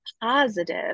positive